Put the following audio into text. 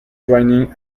joining